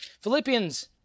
Philippians